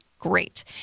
Great